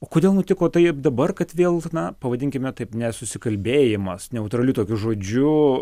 o kodėl nutiko taip dabar kad vėl na pavadinkime taip nesusikalbėjimas neutraliu tokiu žodžiu